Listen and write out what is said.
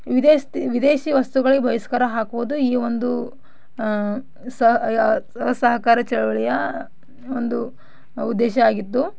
ವಿದೇಶಿ ವಿದೇಶಿ ವಸ್ತುಗಳಿಗೆ ಬಹಿಷ್ಕಾರ ಹಾಕುವುದು ಈ ಒಂದು ಸಹ ಅಯ ಅಸಹಕಾರ ಚಳುವಳಿಯ ಒಂದು ಉದ್ದೇಶ ಆಗಿತ್ತು